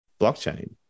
blockchain